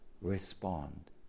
respond